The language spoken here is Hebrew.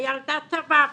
ילדה טובה,